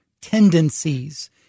tendencies